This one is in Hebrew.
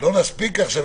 לא נספיק עכשיו,